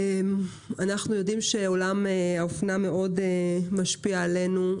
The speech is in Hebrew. אנחנו יודעים שעולם האופנה מאוד משפיע עלינו,